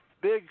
Big